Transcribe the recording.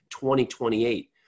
2028